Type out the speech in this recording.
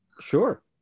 sure